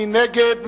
מי נגד?